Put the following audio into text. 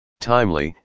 Timely